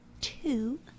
two